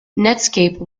netscape